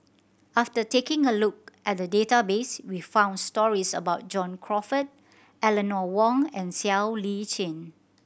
after taking a look at the database we found stories about John Crawfurd Eleanor Wong and Siow Lee Chin